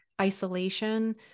isolation